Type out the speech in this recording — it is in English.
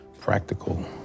practical